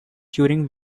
during